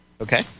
Okay